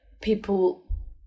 people